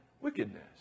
wickedness